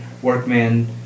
Workman